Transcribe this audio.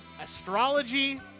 astrology